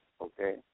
okay